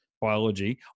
biology